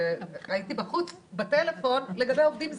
הייתי בחוץ בטלפון, לגבי עובדים זרים,